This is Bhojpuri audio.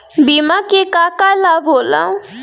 बिमा के का का लाभ होला?